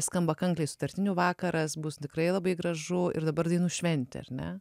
skamba kanklės sutartinių vakaras bus tikrai labai gražu ir dabar dainų šventė ar ne